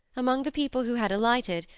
among the people who had alighted,